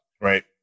right